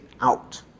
out